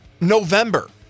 November